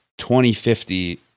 2050